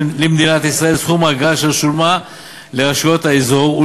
למדינת ישראל סכום האגרה אשר שולמה לרשויות האזור.